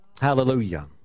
Hallelujah